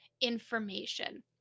information